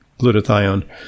glutathione